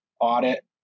audit